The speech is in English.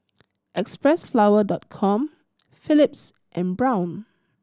Xpressflower Dot Com Philips and Braun